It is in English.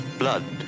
blood